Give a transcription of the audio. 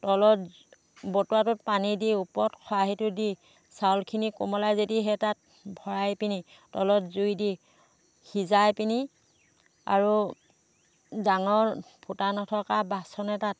তলত বতুৱাটোত পানী দি ওপৰত খৰাহীটো দি চাউলখিনি কোমলাই যদি সেই তাত ভৰাই পিনি তলত জুই দি সিঁজাই পিনি আৰু ডাঙৰ ফুটা নথকা বাচন এটাত